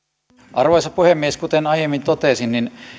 arvoisa puhemies kuten aiemmin totesin